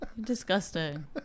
Disgusting